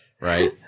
Right